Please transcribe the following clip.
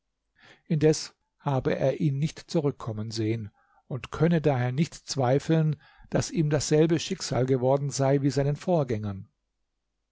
indes habe er ihn nicht zurückkommen sehen und könne daher nicht zweifeln daß ihm dasselbe schicksal geworden sei wie seinen vorgängern